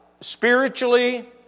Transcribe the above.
Spiritually